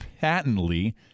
patently